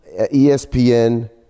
ESPN